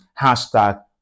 hashtag